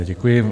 Děkuji.